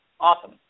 Awesome